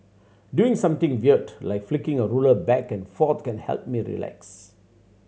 doing something weird like flicking a ruler back and forth can help me relax